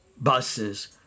buses